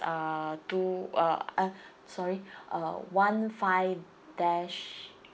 uh two uh uh sorry uh one five dash